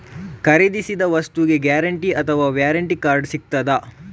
ಖರೀದಿಸಿದ ವಸ್ತುಗೆ ಗ್ಯಾರಂಟಿ ಅಥವಾ ವ್ಯಾರಂಟಿ ಕಾರ್ಡ್ ಸಿಕ್ತಾದ?